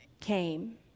came